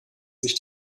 sich